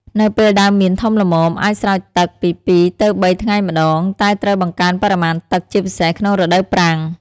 នៅពេលដើមមៀនធំល្មម អាចស្រោចទឹកពី ២ ទៅ ៣ ថ្ងៃម្តង តែត្រូវបង្កើនបរិមាណទឹក ជាពិសេសក្នុងរដូវប្រាំង។